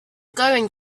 going